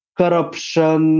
corruption